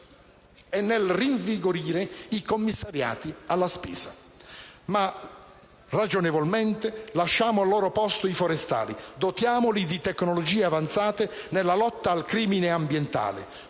e nel rinvigorimento dei commissariati alla spesa. Ma, ragionevolmente, lasciamo al loro posto i forestali, dotiamoli di tecnologie avanzate nella lotta al crimine ambientale.